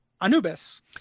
Anubis